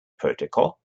protocol